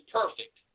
perfect